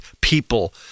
people